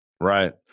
Right